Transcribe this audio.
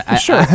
Sure